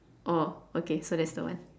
orh okay so that's the one